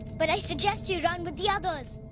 but i suggest you run with the others